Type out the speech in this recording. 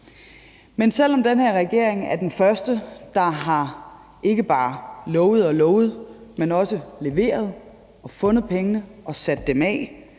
Men selv om den her regering er den første, der ikke bare har lovet og lovet, men også leveret og fundet pengeneog sat dem af,